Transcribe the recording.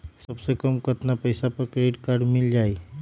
सबसे कम कतना पैसा पर क्रेडिट काड मिल जाई?